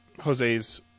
Jose's